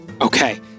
Okay